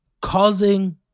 causing